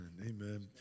amen